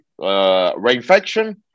reinfection